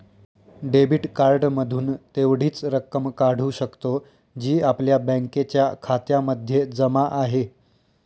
debit card मधून तेवढीच रक्कम काढू शकतो, जी आपल्या बँकेच्या खात्यामध्ये जमा आहे